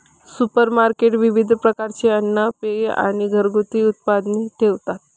supermarket विविध प्रकारचे अन्न, पेये आणि घरगुती उत्पादने ठेवतात